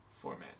format